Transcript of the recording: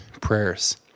prayers